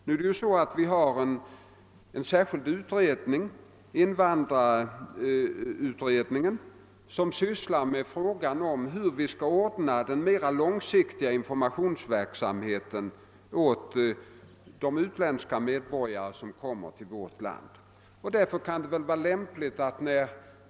Nu sysslar ju invandrarutredningen med frågan hur vi skall ordna den mera långsiktiga informationsverksamheten för de utländska medborgare som kommer hit till vårt land.